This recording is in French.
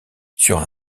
sur